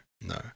no